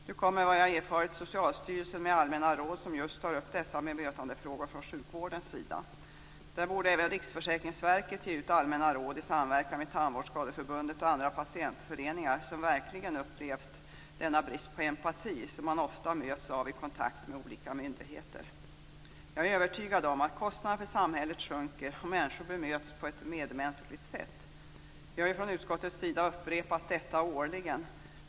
Nu kommer, enligt vad jag erfarit, Socialstyrelsen med allmänna råd som tar upp dessa bemötandefrågor från sjukvårdens sida. Även Riksförsäkringsverket borde ge ut sådana allmänna råd, i samverkan med Tandvårdsskadeförbundet och andra patientföreningar som verkligen upplevt den brist på empati som man ofta möts av i kontakt med olika myndigheter. Jag är övertygad om att kostnaderna för samhället sjunker, om patienter bemöts på ett medmänskligt sätt. Vi har från utskottets sida årligen upprepat detta.